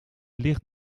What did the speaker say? licht